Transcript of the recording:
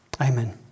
Amen